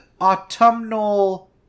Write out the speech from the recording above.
autumnal